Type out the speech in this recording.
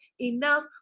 enough